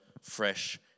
fresh